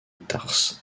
tarse